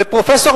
ופרופסור,